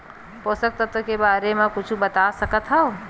पोषक तत्व के बारे मा कुछु बता सकत हवय?